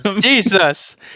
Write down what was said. Jesus